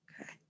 Okay